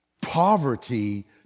poverty